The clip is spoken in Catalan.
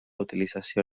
utilització